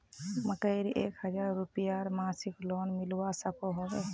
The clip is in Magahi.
मकईर एक हजार रूपयार मासिक लोन मिलवा सकोहो होबे?